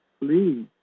Please